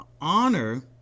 honor